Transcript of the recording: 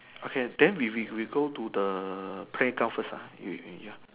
okay then we we we go to the playground first uh you you ya